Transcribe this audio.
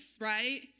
right